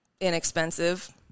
inexpensive